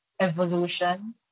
evolution